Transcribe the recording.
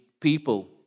people